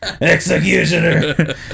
Executioner